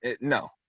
No